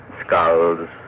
skulls